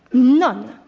none,